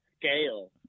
scale